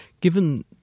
Given